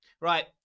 Right